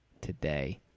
today